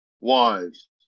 wives